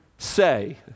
say